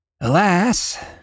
Alas